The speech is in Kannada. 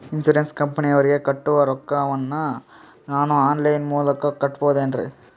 ಇನ್ಸೂರೆನ್ಸ್ ಕಂಪನಿಯವರಿಗೆ ಕಟ್ಟುವ ರೊಕ್ಕ ವನ್ನು ನಾನು ಆನ್ ಲೈನ್ ಮೂಲಕ ಕಟ್ಟಬಹುದೇನ್ರಿ?